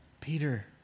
Peter